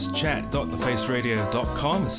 chat.thefaceradio.com